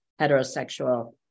heterosexual